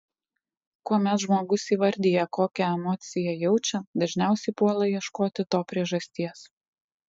kuomet žmogus įvardija kokią emociją jaučia dažniausiai puola ieškoti to priežasties